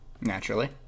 Naturally